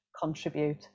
contribute